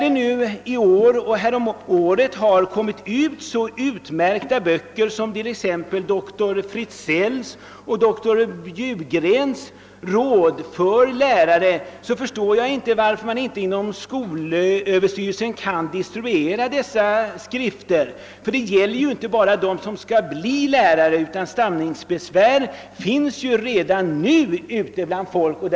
Det har häromåret kommit ut utmärkta böcker i ämnet, t.ex. chefen för talkliniken i Göteborg Björn Fritzells »Upplysningar och råd rörande stammande barn» samt doktor Gösta Bjuggrens »Taloch röstrubbningar hos skolbarn», och jag förstår inte varför inte skolöverstyrelsen kan distribuera dessa skrifter till alla lärare som undervisar stammande barn. Stamningsproblemet bör inte beaktas bara av dem som skall bli lärare, ty stamningsbesvär finns redan nu bland skoleleverna.